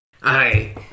Hi